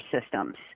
systems